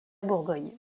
bourgogne